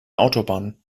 autobahn